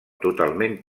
totalment